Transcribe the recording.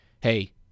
hey